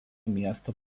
miesto